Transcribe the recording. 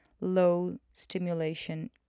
low-stimulation